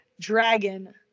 Dragon